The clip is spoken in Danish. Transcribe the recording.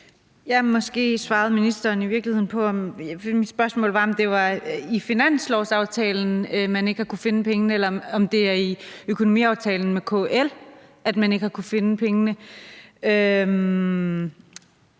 mit spørgsmål var, om det var i finanslovsaftalen, at man ikke havde kunnet finde pengene, eller om det var i økonomiaftalen med KL, at man ikke har kunnet finde pengene.